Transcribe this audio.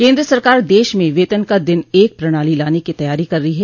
केन्द्र सरकार देश में वेतन का दिन एक प्रणाली लाने की तैयारी कर रही है